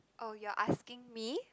oh you're asking me